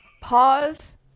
Pause